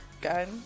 Gun